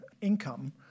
income